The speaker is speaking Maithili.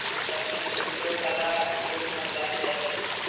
लकड़ी के उपयोग कला उद्योग में कयल जाइत अछि